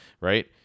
Right